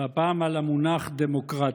והפעם על המונח "דמוקרטיה":